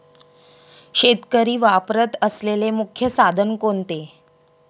शेतकरी वापरत असलेले मुख्य साधन कोणते?